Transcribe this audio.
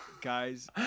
guys